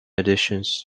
editions